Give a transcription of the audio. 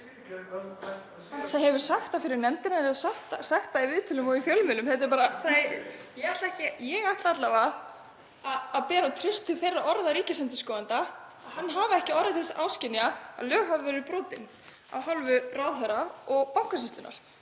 Hann hefur sagt það fyrir nefndinni, hann hefur sagt það í viðtölum í fjölmiðlum. Ég ætla alla vega að bera traust til þeirra orða ríkisendurskoðanda að hann hafi ekki orðið þess áskynja að lög hafi verið brotin af hálfu ráðherra og Bankasýslunnar.